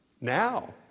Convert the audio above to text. Now